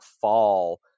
fall